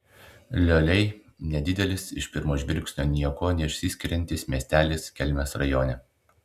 lioliai nedidelis iš pirmo žvilgsnio niekuo neišsiskiriantis miestelis kelmės rajone